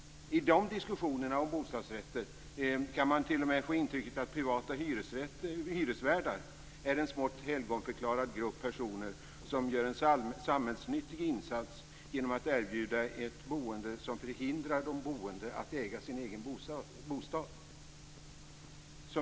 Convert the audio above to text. I de diskussionerna om bostadsrätter kan man t.o.m. få intrycket att privata hyresvärdar är en smått helgonförklarad grupp personer som gör en samhällsnyttig insats genom att erbjuda ett boende som förhindrar de boende att äga sin egen bostad.